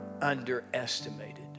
underestimated